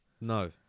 No